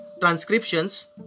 transcriptions